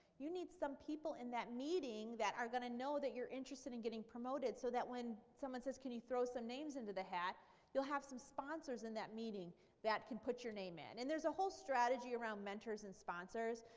you need some people in that meeting that are going to know that you're interested in getting promoted so that when someone says can you throw some names into the hat you'll have some sponsors in that meeting that can put your name in. and there's a whole strategy around mentors and sponsors.